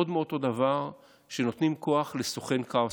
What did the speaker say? עוד מאותו דבר, שנותנים כוח לסוכן כאוס.